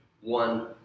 one